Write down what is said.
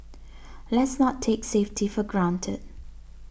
let's not take safety for granted